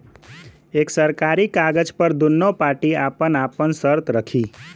एक सरकारी कागज पर दुन्नो पार्टी आपन आपन सर्त रखी